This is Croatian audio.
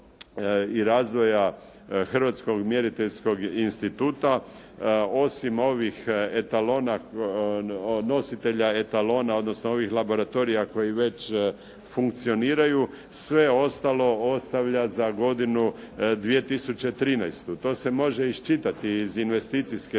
i razvoja i Hrvatskog mjeriteljskog instituta osim ovih nositelja etalona, odnosno ovih laboratorija koji već funkcioniraju sve ostalo ostavlja za godinu 2013. To se može iščitati iz investicijske strategije,